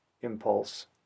impulse